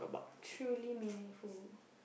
truly meaningful